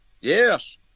Yes